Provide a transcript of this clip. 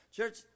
Church